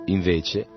Invece